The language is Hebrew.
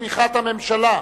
בתמיכת הממשלה,